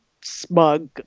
smug